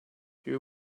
you